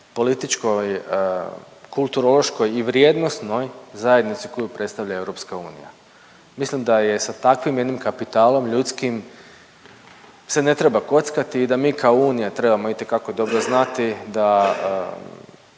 političkoj, kulturološkoj i vrijednosnoj zajednici koju predstavlja EU. Mislim da je sa takvim jednim kapitalom ljudskim se ne treba kockati i da mi kao Unija trebamo itekako dobro znati da